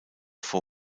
for